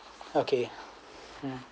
okay uh